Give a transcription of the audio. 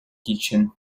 kitchen